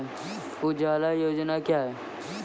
उजाला योजना क्या हैं?